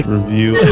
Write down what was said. review